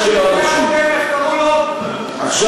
עכשיו,